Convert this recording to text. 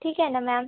ठीक आहे ना मॅम